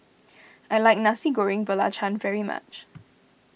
I like Nasi Goreng Belacan very much